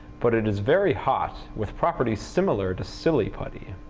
but it is very hot with properties similar to silly putty.